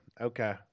Okay